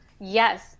Yes